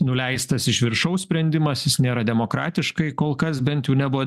nuleistas iš viršaus sprendimas jis nėra demokratiškai kol kas bent jau nebuvo